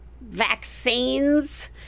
vaccines